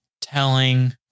telling